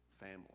family